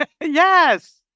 yes